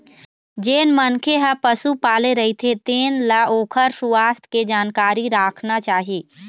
जेन मनखे ह पशु पाले रहिथे तेन ल ओखर सुवास्थ के जानकारी राखना चाही